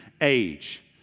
age